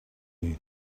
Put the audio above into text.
you